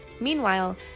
Meanwhile